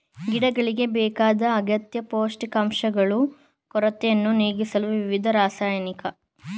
ಗಿಡಗಳಿಗೆ ಬೇಕಾದ ಅಗತ್ಯ ಪೋಷಕಾಂಶಗಳು ಕೊರತೆಯನ್ನು ನೀಗಿಸಲು ವಿವಿಧ ರಾಸಾಯನಿಕ ಗೊಬ್ಬರದ ಮಿಶ್ರಣಗಳನ್ನು ನೀಡ್ತಾರೆ